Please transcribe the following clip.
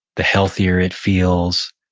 the healthier it feels,